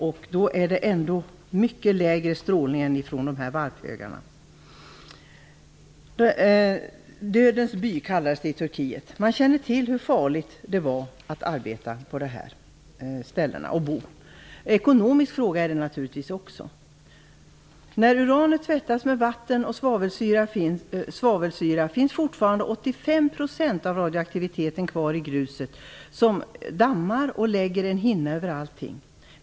Ändå är det där mycket lägre strålning jämfört med strålningen från varphögarna. Dödens by kallas den här platsen i Turkiet. Man kände till hur farligt det var att arbeta och bo på de här ställena. Naturligtvis är kärnkraften också en ekonomisk fråga. När uranet tvättats med vatten och svavelsyra finns ändå 85 % av radioaktiviteten kvar i gruset som dammar och lägger en hinna över allting.